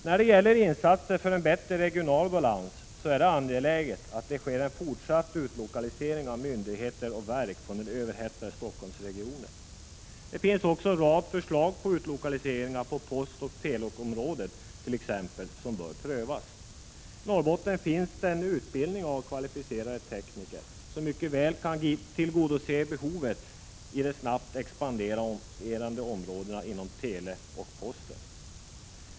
När det gäller insatser för en bättre regional balans är det angeläget att det sker en fortsatt utlokalisering av myndigheter och verk från den överhettade Stockholmsregionen. Det finns också en rad förslag till utlokaliseringar på t.ex. postoch teleområdet som bör prövas. I Norrbotten finns utbildning av kvalificerade tekniker, som mycket väl kan tillgodose behovet i de snabbt expanderande områdena inom televerket och posten.